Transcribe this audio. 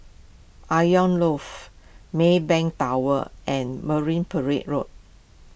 Loft Maybank Tower and Marine Parade Road